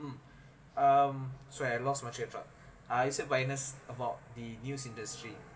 uh um sorry I lost my train of thought I said awareness about the news industry